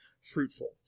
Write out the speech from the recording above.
fruitful